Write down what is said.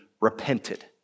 repented